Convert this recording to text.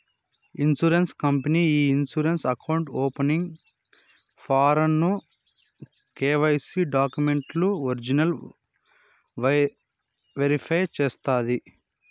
insurance company ఈ insurance account opening form ను KYC డాక్యుమెంట్లు ఒరిజినల్ వెరిఫై చేస్తాది